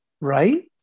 Right